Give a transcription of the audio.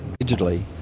digitally